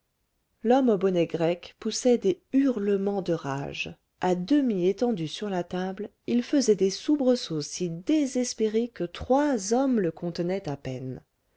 l'homme au bonnet grec poussait des hurlements de rage à demi étendu sur la table il faisait des soubresauts si désespérés que trois hommes le contenaient à peine